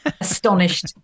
astonished